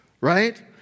right